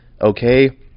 okay